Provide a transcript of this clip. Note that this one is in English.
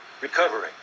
Recovering